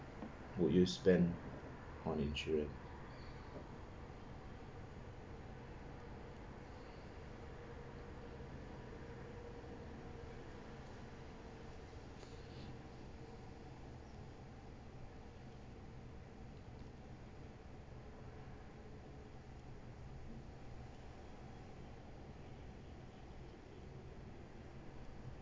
would you spend on insurance